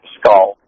skull